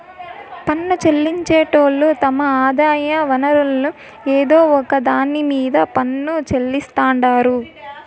పన్ను చెల్లించేటోళ్లు తమ ఆదాయ వనరుల్ల ఏదో ఒక దాన్ని మీద పన్ను చెల్లిస్తాండారు